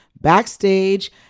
backstage